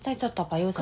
在这个 toa payoh hor